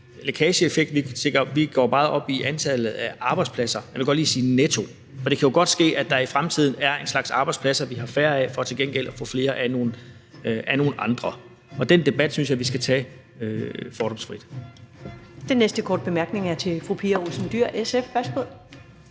lækageeffekt, og vi går meget op i antallet af arbejdspladser – jeg vil godt lige sige netto, for det kan jo godt ske, at der i fremtiden er én slags arbejdspladser, vi har færre af, for til gengæld at få flere af nogle andre, og den debat synes jeg vi skal tage fordomsfrit. Kl. 15:27 Første næstformand (Karen Ellemann): Den næste